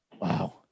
wow